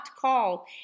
call